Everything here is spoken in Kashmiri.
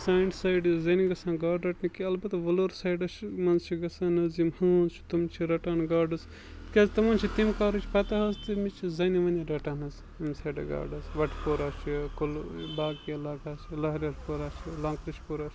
سانہِ سایڈٕ زَنہِ گژھان گاڈٕ رَٹنہِ کیٚنٛہہ اَلبتہ وَلُر سایڈَس منٛز چھِ گژھان حظ یِم ہٲنز چھِ تِم چھِ رَٹان گاڈٕ حظ تِکیٛازِ تِمَن چھِ تمہِ کارٕچ پَتہ حظ تہٕ تٔمِس چھِ زَنٛہِ وَنہِ رَٹان حظ ییٚمہِ سایڈٕ گاڈٕ حظ بَٹہٕ پورہ چھِ کُل باقی علاقہٕ حظ چھِ لہرٮ۪تھ پورہ چھِ لانٛکریج پورہ چھِ